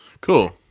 Cool